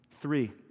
Three